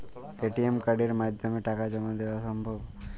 ATM কার্ডের মাধ্যমে টাকা জমা দেওয়া সম্ভব?